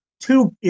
two